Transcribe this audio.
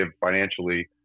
financially